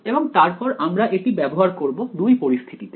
এবং তারপর আমরা এটি ব্যবহার করব দুই পরিস্থিতিতে